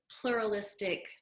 pluralistic